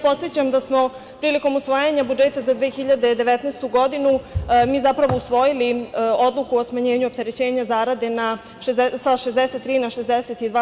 Podsećam da smo prilikom usvajanja budžeta za 2019. godinu mi zapravo usvojili Odluku o smanjenju opterećenja zarade sa 63 na 62%